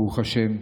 ברוך השם.